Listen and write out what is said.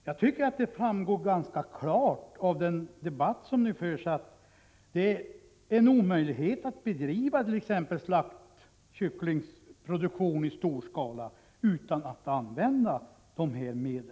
Jag tycker att det framgår ganska klart av den debatt som nu förs att det är en omöjlighet att bedriva exempelvis slaktkycklingsproduktion i stor skala utan att använda de här medlen.